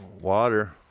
water